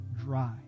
dry